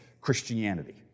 Christianity